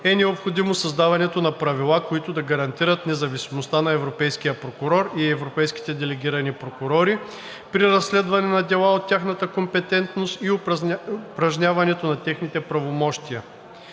е необходимо създаването на правила, които да гарантират независимостта на европейския прокурор и европейските делегирани прокурори при разследване на дела от тяхната компетентност и упражняването на техните правомощия.